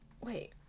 Wait